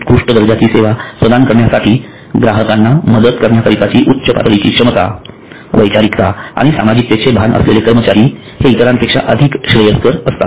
उत्कृष्ट दर्जाची सेवा प्रदान करण्यासाठी ग्राहकांना मदत करण्याकरिताची उच्च पातळीची क्षमता वैचारिकता आणि सामाजिकतेचे भान असलेले कर्मचारी इतरांपेक्षा अधिक श्रेयस्कर असतात